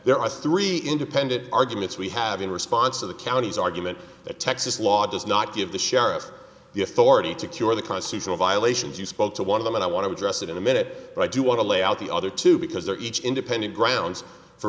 there are three independent arguments we have in response to the counties argument that texas law does not give the sheriff the authority to cure the constitutional violations you spoke to one of them and i want to address that in a minute but i do want to lay out the other two because they're each independent grounds for